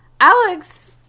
Alex